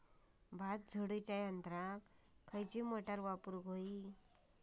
भात झोडूच्या यंत्राक खयली मोटार वापरू?